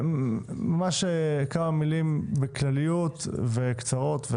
כמה מילים כלליות וקצרות.